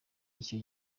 icyo